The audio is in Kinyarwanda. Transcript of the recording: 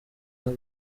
muri